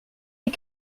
des